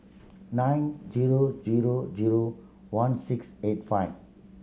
nine zero zero zero one six eight five